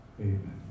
Amen